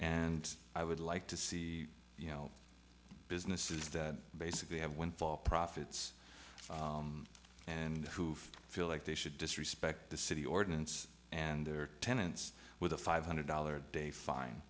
and i would like to see you know businesses that basically have windfall profits and who feel like they should disrespect the city ordinance and their tenants with a five hundred dollars a day fine